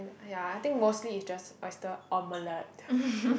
ya I think mostly is just oyster omelette